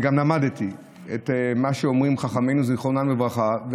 וגם למדתי את מה שאומרים חכמינו זיכרונם לברכה,